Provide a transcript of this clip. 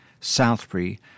Southbury